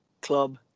club